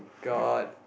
god